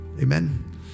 Amen